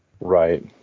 right